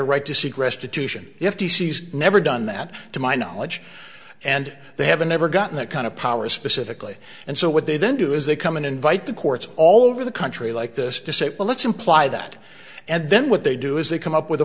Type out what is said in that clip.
a right to seek restitution if she's never done that to my knowledge and they haven't ever gotten that kind of power specifically and so what they then do is they come and invite the courts all over the country like this to say well let's imply that and then what they do is they come up with a